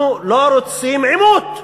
אנחנו לא רוצים עימות.